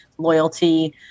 Loyalty